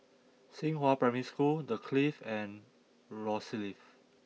Xinghua Primary School The Clift and Rosyth